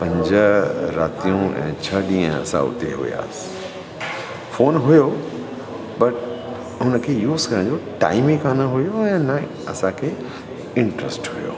पंज रातियूं ऐं छह ॾींहं असां उते हुयासीं फ़ोन हुयो बट हुनखे यूज़ करण जो टाइम ई कान हुयो ऐं न असांखे इंट्र्रेस्ट हुयो